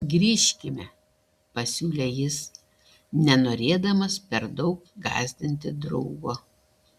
grįžkime pasiūlė jis nenorėdamas per daug gąsdinti draugo